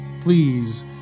Please